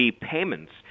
payments